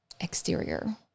exterior